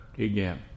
again